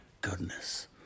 goodness